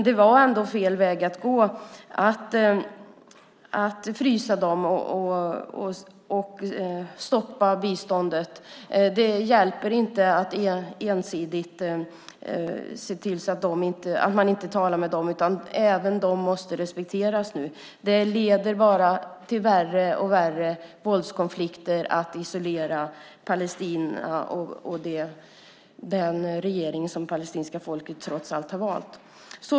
Det var ändå fel väg att gå att frysa och stoppa biståndet. Det hjälper inte att inte tala med dem. Även de måste respekteras nu. Det leder bara till värre och värre våldskonflikter att isolera palestinierna och den regering som palestinska folket trots allt har valt.